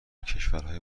کشورهای